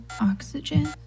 oxygen